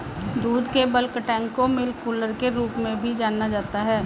दूध के bulk tank को मिल्क कूलर के रूप में भी जाना जाता है